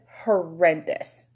horrendous